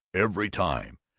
every time.